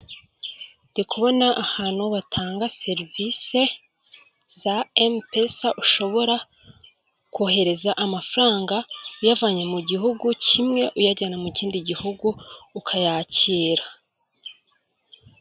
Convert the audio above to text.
Ndi kubona ahantu batanga serivisi za emupesa ushobora kohereza amafaranga uyavanye mu gihugu kimwe uyajyana mu kindi gihugu ukayakira.